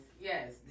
yes